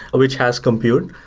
which has compute.